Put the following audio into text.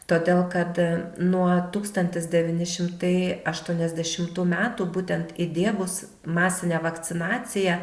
todėl kad nuo tūkstantis devyni šimtai aštuoniasdešimtų metų būtent įdiegus masinę vakcinaciją